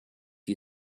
you